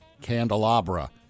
candelabra